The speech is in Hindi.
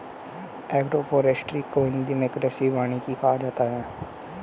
एग्रोफोरेस्ट्री को हिंदी मे कृषि वानिकी कहा जाता है